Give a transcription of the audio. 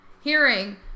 hearing